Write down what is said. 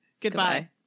Goodbye